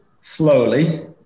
slowly